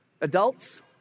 Adults